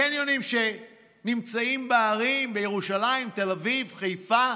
הקניונים שנמצאים בערים, בירושלים, תל אביב, חיפה,